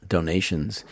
Donations